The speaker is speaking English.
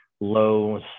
low